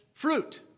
Fruit